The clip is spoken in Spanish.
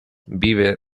vive